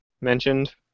mentioned